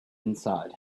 inside